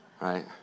right